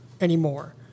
anymore